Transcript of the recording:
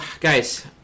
guys